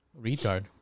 retard